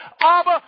Abba